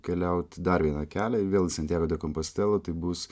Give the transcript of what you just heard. keliaut dar vieną kelią vėl į santjago de kompostelą tai bus